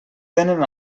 tenen